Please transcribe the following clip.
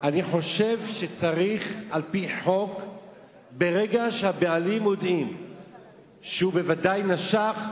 אני חושב שצריך על-פי חוק שברגע שהבעלים מודיעים שהוא בוודאי נשך,